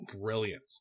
brilliant